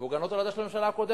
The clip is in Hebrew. והוא גם לא תולדה של הממשלה הקודמת.